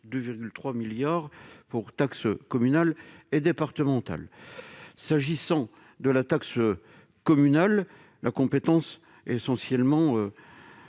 2,3 milliards de taxes communales et départementales. S'agissant de la taxe communale, la compétence est essentiellement